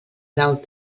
grau